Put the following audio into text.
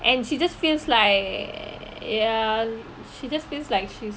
and she just feels like ya she just feels like she's